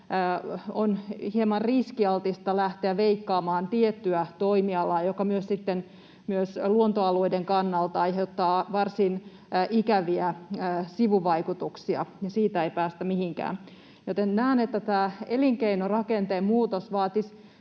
on hieman riskialtista lähteä veikkaamaan tiettyä toimialaa, joka sitten myös luontoalueiden kannalta aiheuttaa varsin ikäviä sivuvaikutuksia, siitä ei päästä mihinkään. Joten näen, että tämä elinkeinorakenteen muutos vaatisi